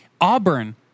Auburn